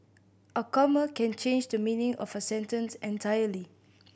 a comma can change the meaning of a sentence entirely